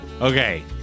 okay